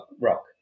rock